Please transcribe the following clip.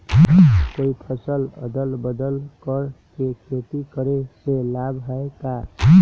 कोई फसल अदल बदल कर के खेती करे से लाभ है का?